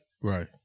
Right